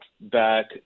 back